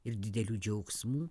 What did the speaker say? ir didelių džiaugsmų